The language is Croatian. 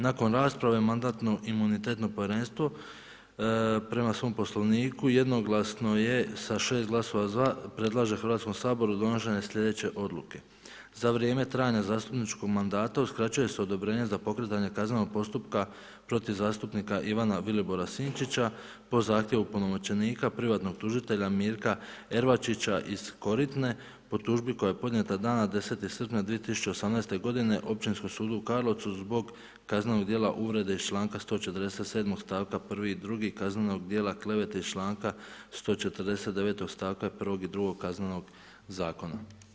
Nakon rasprave Mandatno imunitetno povjerenstvo prema svom poslovniku, jednoglasno je sa 6 glasova za, predlaže Hrvatskom saboru donošenje sljedeće odluke, za vrijeme trajanja zastupničkog manda, uskraćuje se odobrenje za pokretanje kaznenog postupka protiv zastupnika Ivana Vilibora Sinčića, po zahtjevu opunomoćenika, privatnog tužitelja Mirka Ervačića iz Koritne, po tužbi koja je podnijeta dana 10. srpnja 2018. g. općinskom sudu u Karlovcu zbog kaznenog dijela uvrede iz čl. 147. stavka 1. i 2. kaznenog dijela klevete iz članka 149. stavka 1. i 2. Kaznenog zakona.